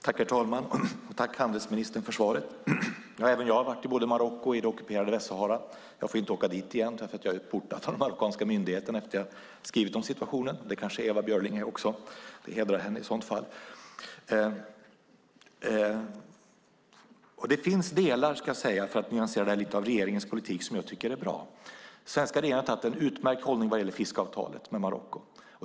Herr talman! Jag tackar handelsministern för svaret. Även jag har varit i både Marocko och i det ockuperade Västsahara. Jag får inte åka dit igen eftersom jag är portad av de marockanska myndigheterna efter att ha skrivit om situationen. Det kanske också Ewa Björling är; det hedrar henne i så fall. För att nyansera det hela lite ska jag säga att det finns delar av regeringens politik som jag tycker är bra. Den svenska regeringen har intagit en utmärkt hållning när det gäller fiskeavtalet med Marocko.